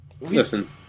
listen